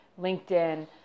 LinkedIn